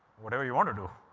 whatever you want to do,